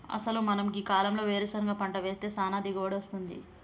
అసలు మనం గీ కాలంలో వేరుసెనగ పంట వేస్తే సానా దిగుబడి అస్తుంది